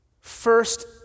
first